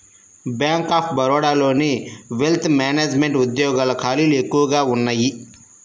bank of బరోడాలోని wealth management ఉద్యోగాల ఖాళీలు ఎక్కువగా ఉన్నయ్యి